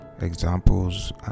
examples